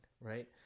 Right